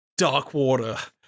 Darkwater